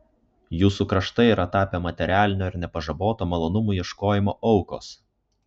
jūsų kraštai yra tapę materialinio ir nepažaboto malonumų ieškojimo aukos